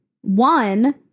one